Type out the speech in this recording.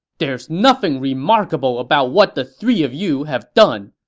there's nothing remarkable about what the three of you have done!